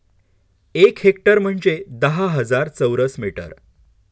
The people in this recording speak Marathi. एक हेक्टर म्हणजे दहा हजार चौरस मीटर